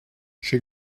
she